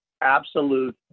absolute